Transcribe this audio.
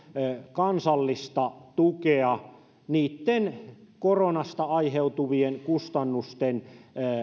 kansallista tukea niitten koronasta aiheutuvien kustannusten